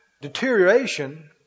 deterioration